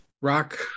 Rock